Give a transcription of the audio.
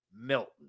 Milton